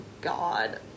God